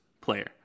player